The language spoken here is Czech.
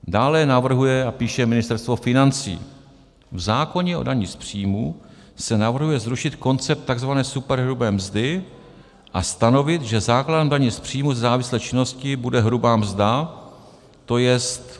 Dále navrhuje a píše Ministerstvo financí: V zákoně o dani z příjmu se navrhuje zrušit koncept takzvané superhrubé mzdy a stanovit, že základem daně z příjmu ze závislé činnosti bude hrubá mzda, to je...